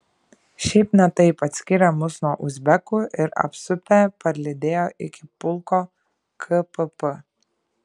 šiaip ne taip atskyrė mus nuo uzbekų ir apsupę parlydėjo iki pulko kpp